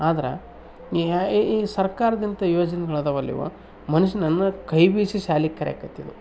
ಆದ್ರೆ ಈ ಸರ್ಕಾರದ ಇಂಥ ಯೋಜನೆಗಳಿದಾವೆಲ್ಲ ಇವು ಮನ್ಷನನ್ನು ಕೈಬೀಸಿ ಶಾಲೆಗೆ ಕರೆಯೋಕತಿದ್ವು